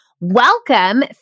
Welcome